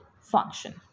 function